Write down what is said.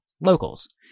locals